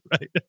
right